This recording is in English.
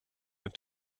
and